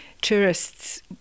tourists